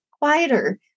quieter